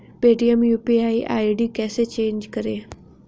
Paytm UPI ID कैसे change करें?